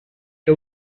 què